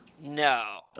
No